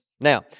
Now